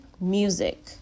Music